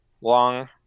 long